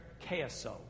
KSO